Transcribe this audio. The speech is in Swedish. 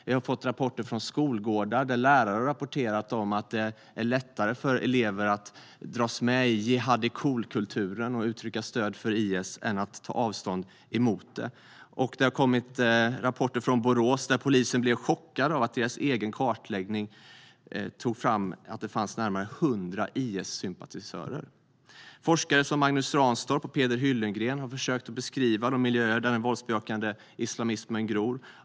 Vi har fått rapporter från skolgårdar, där lärare rapporterar att det är lättare för elever att dras med i jihadi cool-kulturen och uttrycka stöd för IS än att ta avstånd från det. I Borås blev polisen chockad när deras egen kartläggning tog fram att det fanns närmare 100 IS-sympatisörer. Forskare som Magnus Ranstorp och Peder Hyllengren har försökt beskriva de miljöer där den våldsbejakande islamismen gror.